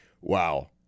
wow